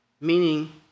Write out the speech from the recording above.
meaning